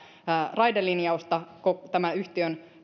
raidelinjausta tämän yhtiön